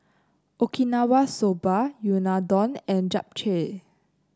Okinawa Soba Unadon and Japchae